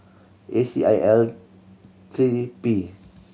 A C I L three P